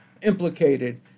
implicated